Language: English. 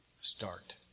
Start